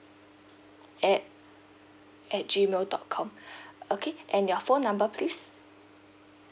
at at gmail dot com okay and your phone number please